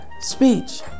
speech